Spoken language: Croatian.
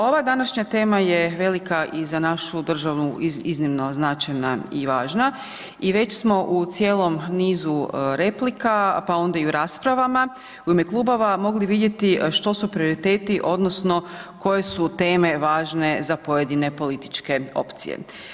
Ova današnja tema je velika i za našu državu iznimno značajna i važna i već smo u cijelom nizu repliku, pa onda i u raspravama u ime klubova mogli vidjeti što su prioriteti odnosno koje su teme važne za pojedine političke opcije.